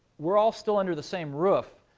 we're all still under the same roof,